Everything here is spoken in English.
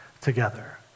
together